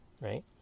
right